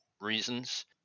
reasons